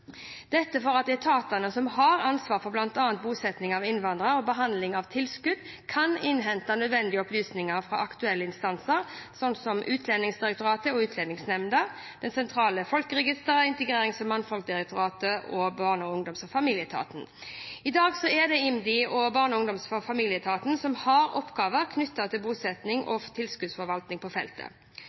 dette for at etatene som har ansvar for bl.a. bosetting av innvandrere og behandling av tilskudd, kan innhente nødvendige opplysninger fra aktuelle instanser, slik som Utlendingsdirektoratet, Utlendingsnemnda, Det sentrale folkeregisteret, Integrerings- og mangfoldsdirektoratet og Barne-, ungdoms- og familieetaten. I dag er det IMDi og Barne-, ungdoms- og familieetaten som har oppgaver knyttet til bosetting og tilskuddsforvaltning på feltet.